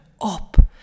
up